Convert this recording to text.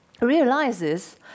realizes